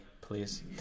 please